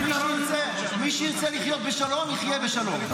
מי שירצה לחיות בשלום יחיה בשלום.